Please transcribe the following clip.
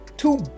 two